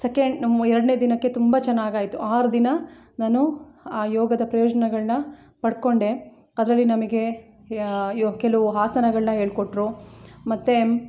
second ಎರಡ್ನೇ ದಿನಕ್ಕೆ ತುಂಬ ಚೆನ್ನಾಗಿ ಆಯ್ತು ಆರು ದಿನ ನಾನು ಆ ಯೋಗದ ಪ್ರಯೋಜನಗಳನ್ನ ಪಡ್ಕೊಂಡೆ ಅದರಲ್ಲಿ ನಮಗೆ ಕೆಲವು ಆಸನಗಳನ್ನ ಹೇಳ್ಕೊಟ್ರು ಮತ್ತೆ